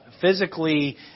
physically